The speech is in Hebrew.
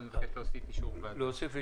אתה מבקש להוסיף אישור ועדה.